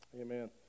amen